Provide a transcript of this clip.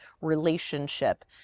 relationship